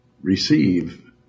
receive